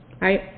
right